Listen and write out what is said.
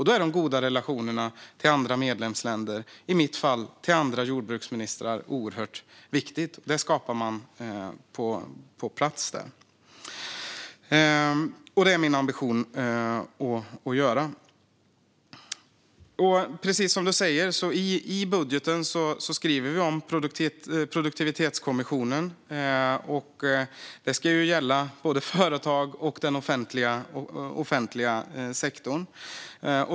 Då är de goda relationerna till andra medlemsländer, i mitt fall till andra jordbruksministrar, oerhört viktiga. Dem skapar man på plats där, och det är det min ambition att göra. Precis som Alexander Christiansson säger skriver vi i budgeten om produktivitetskommissionen. Det ska ju gälla både företag och den offentliga sektorn.